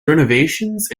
renovations